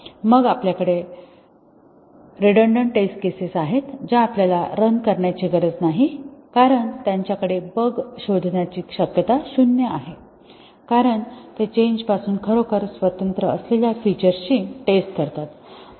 मग आपल्या कडे रेडन्डन्ट टेस्ट केसेस आहेत ज्या आपल्याला रन करण्याची गरज नाही कारण त्यांच्याकडे बग शोधण्याची शक्यता शून्य आहे कारण ते चेंज पासून खरोखर स्वतंत्र असलेल्या फीचर्स ची टेस्ट करतात